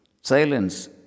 Silence